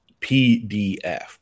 pdf